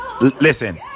listen